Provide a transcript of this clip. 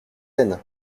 seine